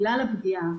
בגלל הפגיעה,